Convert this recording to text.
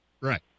Right